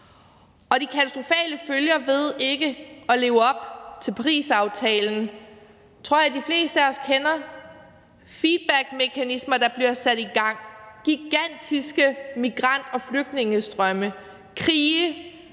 Og de katastrofale følger ved ikke at leve op til Parisaftalen tror jeg de fleste af os kender: Feedbackmekanismer, der bliver sat i gang, gigantiske migrant- og flygtningestrømme, krige,